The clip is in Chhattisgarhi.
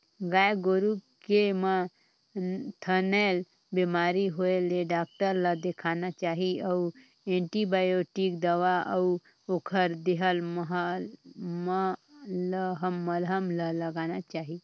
गाय गोरु के म थनैल बेमारी होय ले डॉक्टर ल देखाना चाही अउ एंटीबायोटिक दवा अउ ओखर देहल मलहम ल लगाना चाही